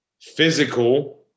Physical